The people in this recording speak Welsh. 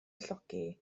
llogi